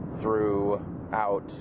throughout